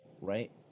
right